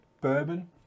bourbon